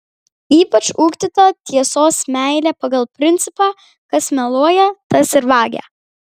ypač ugdyta tiesos meilė pagal principą kas meluoja tas ir vagia